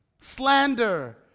slander